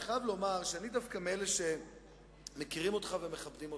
אני חייב לומר שאני דווקא מאלה שמכירים אותך ומכבדים אותך,